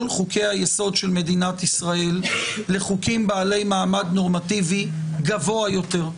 חוקי היסוד של מדינת ישראל לחוקים בעלי מעמד נורמטיבי גבוה יותר.